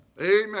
Amen